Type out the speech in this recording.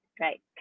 right